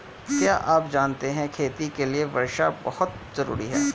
क्या आप जानते है खेती के लिर वर्षा बहुत ज़रूरी है?